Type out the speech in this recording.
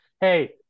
Hey